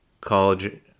college